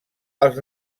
als